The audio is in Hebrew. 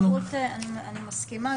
אני מסכימה.